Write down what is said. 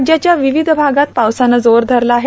राज्याच्या विविध भागात पावसानं जोर धरला आहे